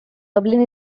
dublin